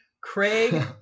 Craig